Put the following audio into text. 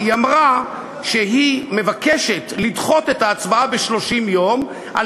היא אמרה שהיא מבקשת לדחות את ההצבעה ב-30 יום על